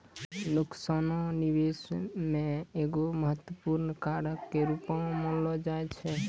नुकसानो निबेश मे एगो महत्वपूर्ण कारक के रूपो मानलो जाय छै